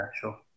sure